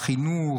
החינוך,